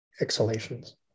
exhalations